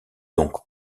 donc